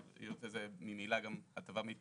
היות וזה ממילא גם הטבה,